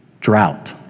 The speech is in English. drought